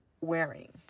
wearing